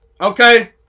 Okay